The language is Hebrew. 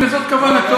אם זאת כוונתו,